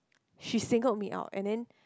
she singled me out and then